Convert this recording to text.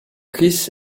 chris